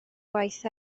gwaith